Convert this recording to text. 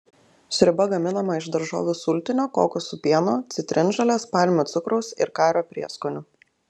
sriuba gaminama iš daržovių sultinio kokosų pieno citrinžolės palmių cukraus ir kario prieskonių